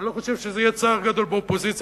אני לא חושב שזה יהיה צער גדול באופוזיציה.